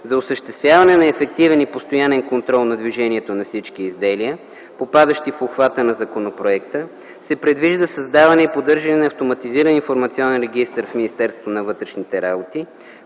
За осъществяване на ефективен и постоянен контрол на движението на всички изделия, попадащи в обхвата на законопроекта, се предвижда създаване и поддържане на автоматизиран информационен регистър в Министерството на вътрешните работи,